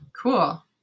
Cool